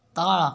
ତ